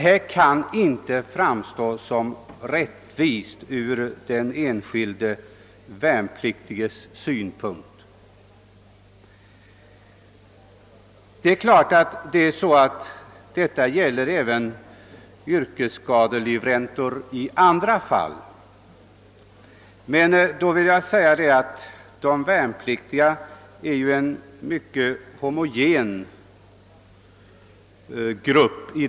Detta kan inte framstå som rättvist ur den enskilde värnpliktiges synpunkt. Denna orättvisa gäller naturligtvis även yrkesskadelivräntor i andra fall. De värnpliktiga utgör emellertid en mycket homogen grupp.